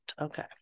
Okay